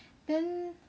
then